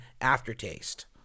aftertaste